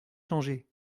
changé